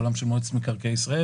בעולם של מועצת מקרקעי ישראל,